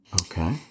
Okay